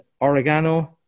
oregano